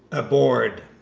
aboard.